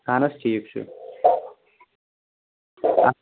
اَہن حظ ٹھیٖک چھُ